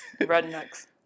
Rednecks